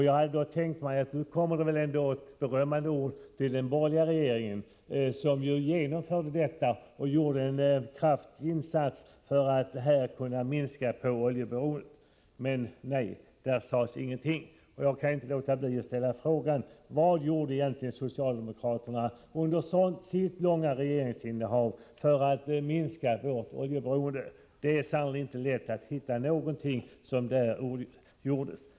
Jag tänkte då: Nu får vi väl ändå höra ett berömmande ord om den borgerliga regeringen, som ju gjorde en kraftfull insats för att minska oljeberoendet. Men nej, det sades ingenting om detta. Jag kan inte låta bli att ställa frågan: Vad gjorde socialdemokraterna under sitt tidigare långa regeringsinnehav för att minska vårt oljeberoende? Det är sannerligen inte lätt att hitta någon åtgärd i det syftet.